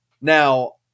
now